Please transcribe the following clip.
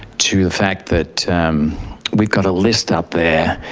to the fact that we've got a list up there.